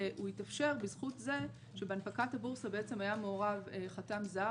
והוא התאפשר בזכות זה שבהנפקת הבורסה היה מעורב חתם זר.